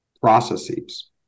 processes